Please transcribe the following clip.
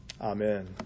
Amen